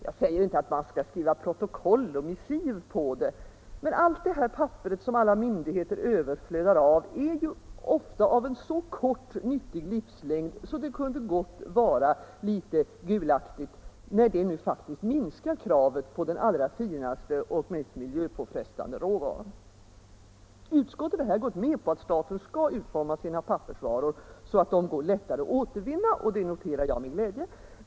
Jag säger inte att man skall skriva protokoll och missiv på det, men allt detta papper som alla myndigheter överflödar av har ofta en så kort nyttig livslängd så det kunde gott vara litet gulaktigt, när det nu faktiskt minskar kravet på den allra finaste och mest miljöpåfrestande råvaran. Utskottet har här gått med på att staten skall utforma sina pappersvaror så att de lättare kan återvinnas, och det noterar jag med glädje.